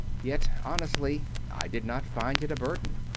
yet, honestly, i did not find it a burden.